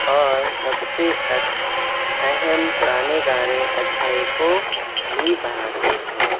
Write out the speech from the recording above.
اور سب سے اہم پرانے گانے اچھائی کو بھی بڑھاتے ہیں